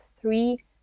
three